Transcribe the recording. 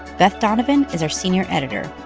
beth donovan is our senior editor.